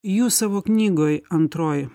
jūs savo knygoj antroj